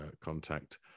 contact